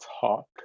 talk